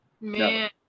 Man